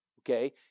okay